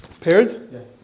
Paired